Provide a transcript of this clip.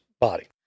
body